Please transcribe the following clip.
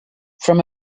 from